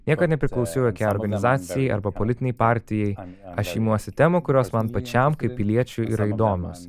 niekad nepriklausiau jokiai organizacijai arba politinei partijai aš imuosi temų kurios man pačiam kaip piliečiui yra įdomios